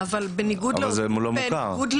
אבל בניגוד לאוטיזם,